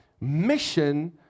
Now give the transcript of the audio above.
Mission